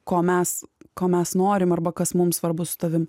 ko mes ko mes norim arba kas mums svarbu su tavimi